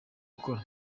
gukora